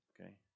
Okay